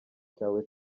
cyawe